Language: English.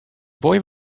boy